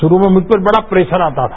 शुरू में मुझ पे बढ़ा प्रेशर आता था